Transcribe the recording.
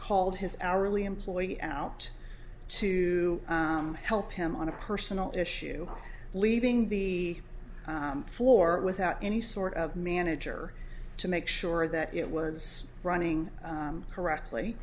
called his hourly employee out to help him on a personal issue leaving the floor without any sort of manager to make sure that it was running correctly